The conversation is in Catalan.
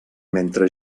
mentre